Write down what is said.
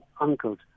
uncles